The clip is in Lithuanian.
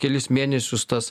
kelis mėnesius tas